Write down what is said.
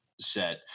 set